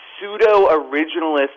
pseudo-originalist